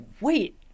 wait